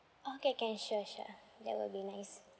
okay can sure sure that will be nice